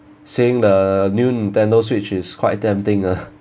saying the new Nintendo switch is quite attempting ah